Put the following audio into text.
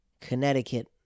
Connecticut